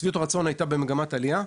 שביעות הרצון הייתה במגמת עלייה,